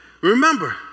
Remember